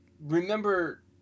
remember